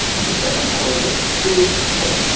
and the second part of it is, look,